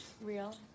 Real